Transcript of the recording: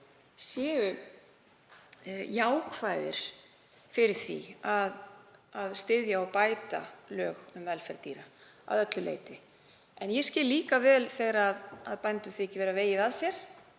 séu jákvæðir fyrir því að styðja og bæta lög um velferð dýra að öllu leyti. En ég skil líka vel þegar bændum þykir að sér